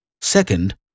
Second